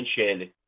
attention